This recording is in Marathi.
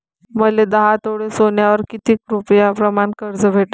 मले दहा तोळे सोन्यावर कितीक रुपया प्रमाण कर्ज भेटन?